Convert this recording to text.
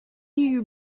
you